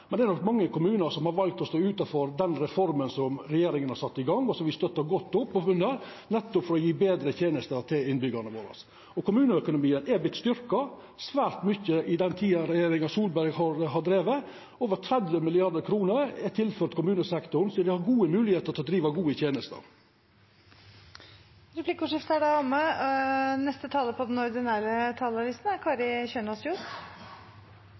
men mange kommunar har òg valt ikkje å vera med. Eg skal ikkje akkurat gå til den same lista som representanten har, med alle kommunane som har teikna seg for å seia at det står svært dårleg til i dette landet. Det er nok mange kommunar som har valt å stå utanfor den reforma som regjeringa har sett i gang, og som me støttar godt opp under, nettopp for å gje betre tenester til innbyggjarane våre. Kommuneøkonomien er vorten styrkt svært mykje i den tida regjeringa Solberg har drive han. Over